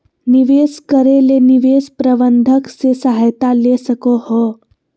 निवेश करे ले निवेश प्रबंधक से सहायता ले सको हो